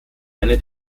eine